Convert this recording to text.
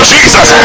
Jesus